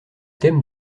thème